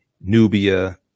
nubia